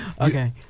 Okay